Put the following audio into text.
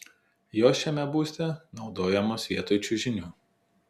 jos šiame būste naudojamos vietoj čiužinių